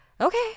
Okay